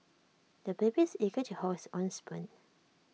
the baby is eager to hold his own spoon